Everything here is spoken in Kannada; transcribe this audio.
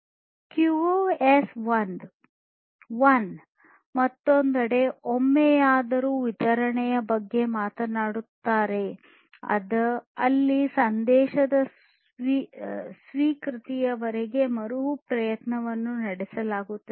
ಕ್ಯೂಒಎಸ್ 1 ಮತ್ತೊಂದೆಡೆ ಒಮ್ಮೆಯಾದರೂ ವಿತರಣೆಯ ಬಗ್ಗೆ ಮಾತನಾಡುತ್ತಾರೆ ಅಲ್ಲಿ ಸಂದೇಶದ ಸ್ವೀಕೃತಿಯವರೆಗೆ ಮರುಪ್ರಯತ್ನವನ್ನು ನಡೆಸಲಾಗುತ್ತದೆ